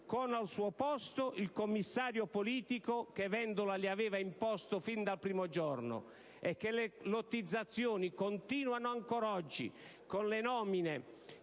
con al suo posto il commissario politico che Vendola gli aveva imposto fin dal primo giorno, e che le lottizzazioni continuano ancor oggi, con un